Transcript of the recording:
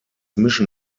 mischen